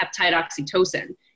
oxytocin